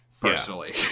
personally